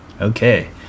Okay